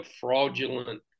fraudulent